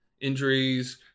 injuries